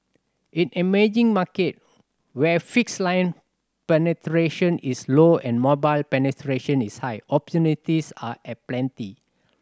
in emerging markets where fixed line penetration is low and mobile penetration is high opportunities are aplenty